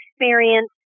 experience